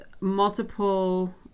multiple